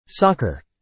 Soccer